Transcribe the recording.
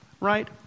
right